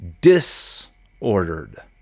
disordered